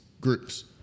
groups